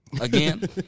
Again